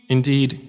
Indeed